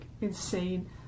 insane